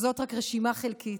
וזאת רק רשימה חלקית.